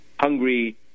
hungry